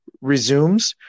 resumes